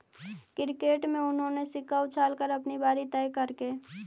cricket में उन्होंने सिक्का उछाल कर अपनी बारी तय करकइ